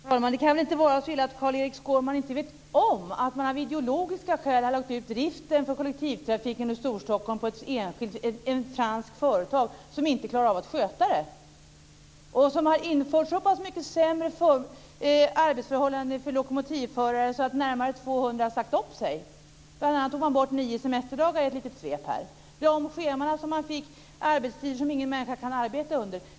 Fru talman! Det kan väl inte vara så illa att Carl Erik Skårman inte vet om att man av ideologiska skäl har lagt ut driften av kollektivtrafiken i Storstockholm på ett franskt företag som inte klarar av att sköta driften? Företaget har infört så pass mycket sämre arbetsförhållanden för lokomotivförare att närmare 200 har sagt upp sig. Bl.a. togs nio semesterdagar bort i ett svep. Scheman lades om så att det blev arbetstider som ingen människa kan arbeta med.